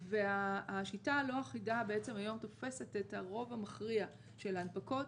והשיטה הלא אחידה היום תופסת את הרוב המכריע של ההנפקות.